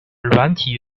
软体